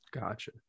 Gotcha